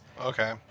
Okay